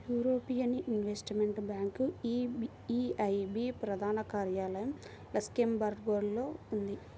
European investment bank EIB ప్రధాన కార్యాలయం లక్సెంబర్గ్లో ఉంది